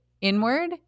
inward